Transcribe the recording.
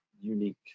unique